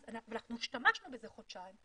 ואנחנו השתמשנו בזה חודשיים.